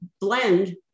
blend